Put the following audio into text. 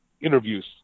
interviews